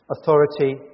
authority